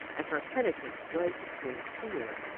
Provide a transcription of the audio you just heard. and her penitence was sincere.